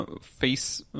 face